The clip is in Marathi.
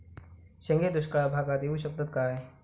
शेंगे दुष्काळ भागाक येऊ शकतत काय?